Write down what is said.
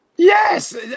Yes